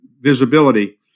visibility